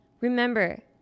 Remember